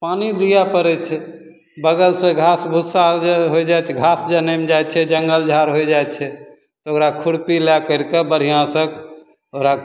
पानि दियऽ पड़ै छै बगल सँ घास भुसा जाइ छै घास जनैम जाइ छै जङ्गल झाड़ होइ जाइ छै तऽ ओकरा खुरपी लै करिकऽ बढ़िआँ सँ ओकरा